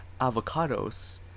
Avocados